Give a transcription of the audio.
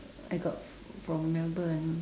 I got from melbourne